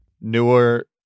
newer